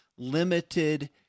limited